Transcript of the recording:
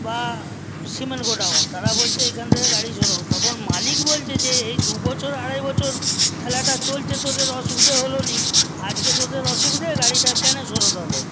বা cement godown তারা বলছে এখান থেকে গাড়ি সরাও তখন মালিক বলছে যে এই দু বছর আড়াই বছর ঠেলাটা চলছে তোদের অসুবিধা হল না আজকে তোদের অসুবিধা গাড়িটা কেন সরাতে হবে